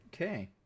Okay